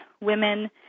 women